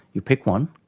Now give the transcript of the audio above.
you pick one,